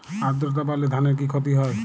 আদ্রর্তা বাড়লে ধানের কি ক্ষতি হয়?